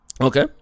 Okay